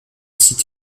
site